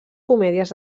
comèdies